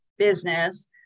business